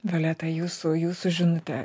violeta jūsų jūsų žinutė